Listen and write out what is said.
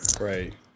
Right